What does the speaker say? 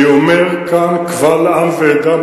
אני אומר כאן קבל עם ועדה,